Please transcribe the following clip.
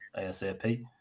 ASAP